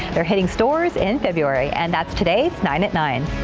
they're hitting stores in february and that's today's nine at nine.